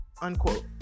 Unquote